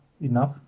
enough